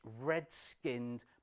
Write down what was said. red-skinned